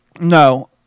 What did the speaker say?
No